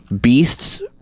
beasts